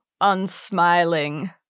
Unsmiling